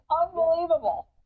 unbelievable